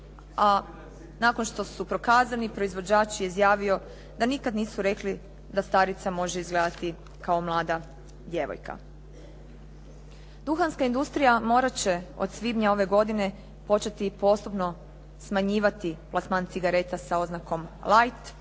a nakon što su prokazani proizvođač je izjavio, da nikada nisu rekli da starica može izgledati kao mlada djevojka. Duhanska industrija morat će od svibnja ove godine početi postupno smanjivati plasman cigareta sa oznakom light,